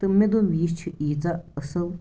تہٕ مےٚ دوٚپ یہِ چھِ ییٖژاہ اصٕل